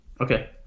okay